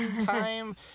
time